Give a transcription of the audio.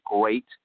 great